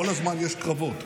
כל הזמן יש קרבות,